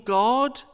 god